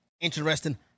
interesting